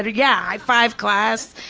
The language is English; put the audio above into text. yeah! high-five class.